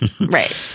Right